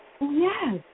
Yes